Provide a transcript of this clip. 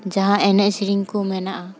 ᱡᱟᱦᱟᱸ ᱮᱱᱮᱡ ᱥᱮᱨᱮᱧ ᱠᱚ ᱢᱮᱱᱟᱜᱼᱟ